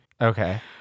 Okay